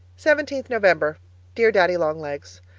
seventeenth november dear daddy-long-legs,